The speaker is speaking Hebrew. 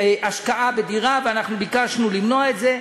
כהשקעה בדירה, ואנחנו ביקשנו למנוע את זה.